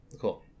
Cool